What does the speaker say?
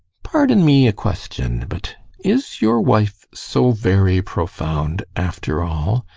pardon me a question but is your wife so very profound after all?